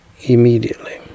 immediately